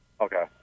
Okay